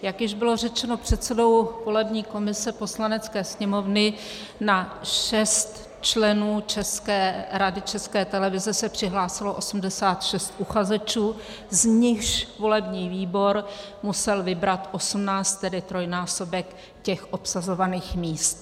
Jak již bylo řečeno předsedou volební komise Poslanecké sněmovny, na šest členů Rady České televize se přihlásilo 86 uchazečů, z nichž volební výbor musel vybrat 18, tedy trojnásobek obsazovaných míst.